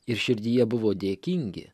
ir širdyje buvo dėkingi